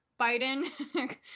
Biden